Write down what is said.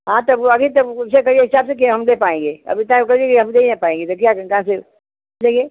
हाँ तब वो अभी तब उनसे कहिए हिसाब से कि हम दे पाएँगे अब इतना करिए कि हम ले ही न पाएँगे तो क्या कहाँ से लइए